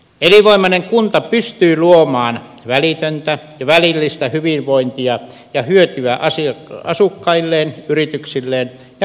elinvoimainen kunta pystyy luomaan välitöntä ja välillistä hyvinvointia ja hyötyä asukkailleen ja yrityksilleen ja koko alueelle